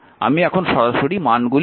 আমি এখন সরাসরি মানগুলি দেব